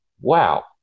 wow